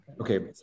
okay